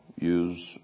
use